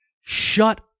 shut